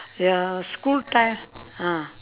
ya school time ah